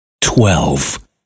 twelve